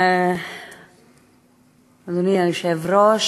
אדוני היושב-ראש,